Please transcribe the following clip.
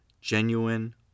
genuine